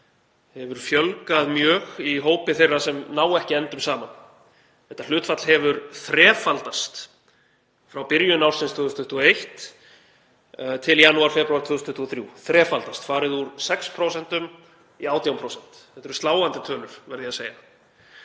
hefur fjölgað mjög í hópi þeirra sem ná ekki endum saman. Þetta hlutfall hefur þrefaldast frá byrjun ársins 2021 til janúar, febrúar 2023, þrefaldast, farið úr 6% í 18%. Þetta eru sláandi tölur, verð ég að segja.